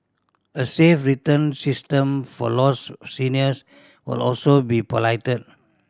a safe return system for lost seniors will also be piloted